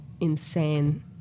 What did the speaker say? insane